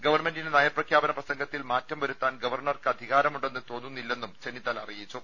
ഗവൺമെന്റിന്റെ നയപ്രഖ്യാപന പ്രസംഗത്തിൽ മാറ്റം വരുത്താൻ ഗവർണർക്ക് അധികാരമുണ്ടെന്ന് തോന്നുന്നില്ലെന്നും ചെന്നിത്തല അറിയിച്ചു